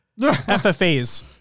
FFAs